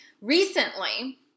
recently